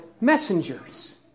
messengers